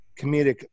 comedic